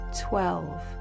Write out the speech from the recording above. twelve